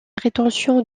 rétention